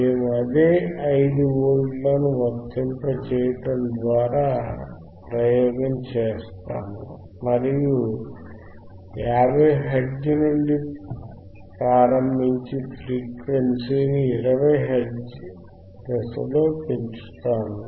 మేము అదే 5 వోల్ట్లను వర్తింపజేయడం ద్వారా ప్రయోగం చేస్తాము మరియు 50 హెర్ట్జ్ నుండి ప్రారంభించి ఫ్రీక్వెన్సీని 20 హెర్ట్జ్ దశలో పెంచుతాము